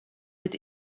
dit